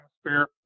atmosphere